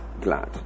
glad